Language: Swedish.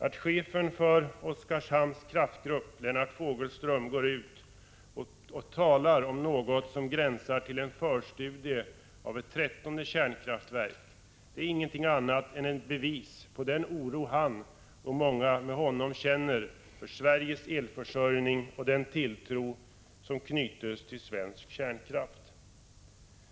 Att chefen för Oskarshamns Kraftgrupp — Lennart Fogelström — går ut och talar om något som gränsar till en förstudie av ett trettonde kärnkraftverk är inget annat än ett bevis på den oro som han och många med honom känner för Sveriges elförsörjning och den tilltro som man känner till svensk kärnkraft.